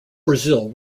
brazil